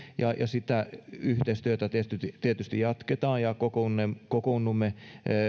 ja sitä yhteistyötä tietysti jatketaan ja kokoonnumme